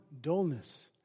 dullness